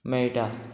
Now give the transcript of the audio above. मेळटा